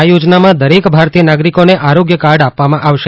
આ યોજનામાં દરેક ભારતીય નાગરીકોને આરોગ્ય કાર્ડ આપવામાં આવશે